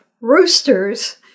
roosters